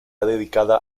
dedicada